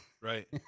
right